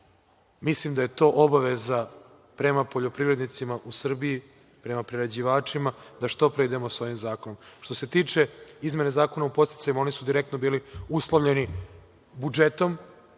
mislim da je to obaveza prema poljoprivrednicima u Srbiji, prema prerađivačima, da što pre idemo sa ovim zakonom. Što se tiče izmena Zakona o podsticajima, one su direktno bile uslovljene budžetom